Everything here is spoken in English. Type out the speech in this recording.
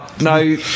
no